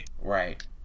Right